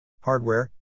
Hardware